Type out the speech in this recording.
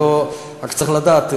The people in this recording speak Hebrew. רק צריך לדעת.